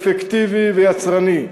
אפקטיבי ויצרני.